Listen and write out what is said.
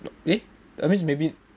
but eh that means maybe